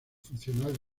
funcional